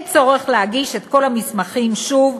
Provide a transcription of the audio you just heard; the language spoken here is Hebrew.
אין צורך להגיש את כל המסמכים שוב,